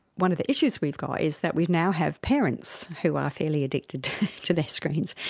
one of the issues we got is that we now have parents who are fairly addicted to their screens,